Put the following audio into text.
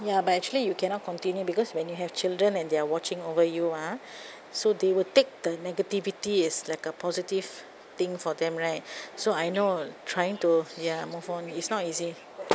ya but actually you cannot continue because when you have children and they're watching over you ah so they will take the negativity is like a positive thing for them right so I know trying to ya move on it's not easy